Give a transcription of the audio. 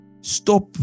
Stop